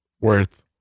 worth